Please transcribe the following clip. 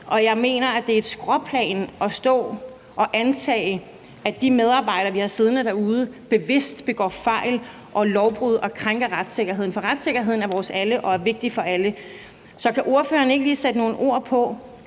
jeg mener, at det er et skråplan at stå og antage, at de medarbejdere, vi har siddende derude, bevidst begår fejl og lovbrud, og at de krænker retssikkerheden. For retssikkerheden er vores alles, og den er vigtig for alle. Så kan ordføreren ikke lige sætte nogle ord på,